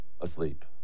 asleep